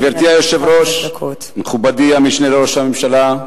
גברתי היושבת-ראש, מכובדי המשנה לראש הממשלה,